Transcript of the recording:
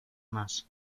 más